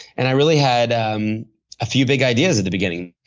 and i really had um a few big ideas at the beginning.